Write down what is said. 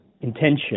intention